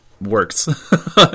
works